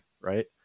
right